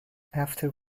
after